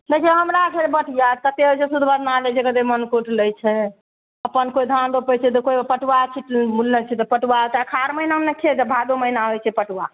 देखिऔ हमरा छै बटिआ कतेक होइ छै सुदभरना लै छै मनकुट लै छै अपन कोइ धान रोपै छै तऽ कोइ पटुआ छै तऽ बुनले छै तऽ पटुआ तऽ अखाढ़ महिनामे ने खेत भादो महिना होइ छै पटुआ